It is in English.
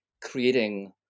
creating